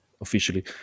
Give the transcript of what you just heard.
officially